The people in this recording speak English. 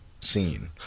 scene